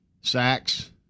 sacks